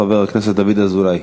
חבר הכנסת דוד אזולאי.